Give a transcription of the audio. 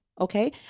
Okay